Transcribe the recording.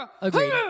Agreed